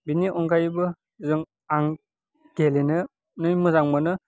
बेनि अनगायैबो जों आं गेलेनानै मोजां मोनो